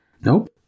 Nope